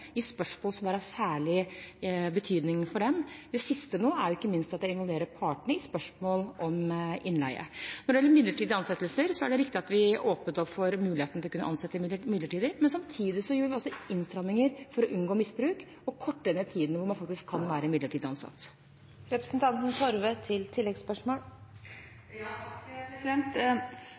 i spørsmål som har hatt særlig betydning for dem. Det siste nå er – ikke minst – at jeg involverer partene i spørsmål om innleie. Når det gjelder midlertidige ansettelser, er det riktig at vi åpnet opp for muligheten til å kunne ansette midlertidig, men samtidig gjorde vi også innstramminger for å unngå misbruk og korte ned tiden da man faktisk kan være midlertidig